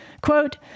Quote